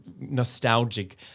nostalgic